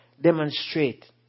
demonstrate